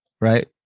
right